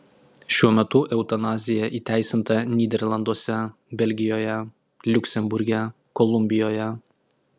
šiuo metu eutanazija įteisinta nyderlanduose belgijoje liuksemburge kolumbijoje